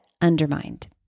undermined